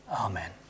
Amen